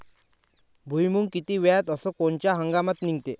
भुईमुंग किती वेळात अस कोनच्या हंगामात निगते?